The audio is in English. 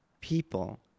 people